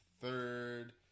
third